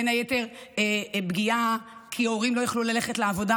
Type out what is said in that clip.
בין היתר פגיעה כי הורים לא יכלו ללכת לעבודה,